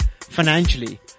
financially